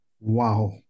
Wow